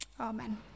Amen